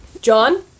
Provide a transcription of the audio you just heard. John